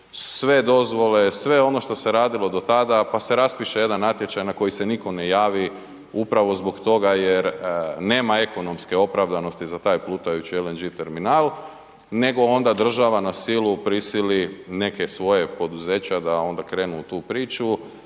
sve dozvole, sve ono što se radilo do tada, pa se raspiše jedan natječaj na koji se niko ne javi upravo zbog toga jer nema ekonomske opravdanosti za taj plutajući LNG terminal nego onda država na silu prisili neke svoje poduzeća da onda krenu u tu priču